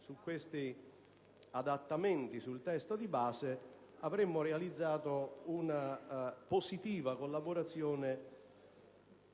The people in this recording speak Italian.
su questi adattamenti al testo base, avremmo realizzato una positiva collaborazione